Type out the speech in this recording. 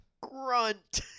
Grunt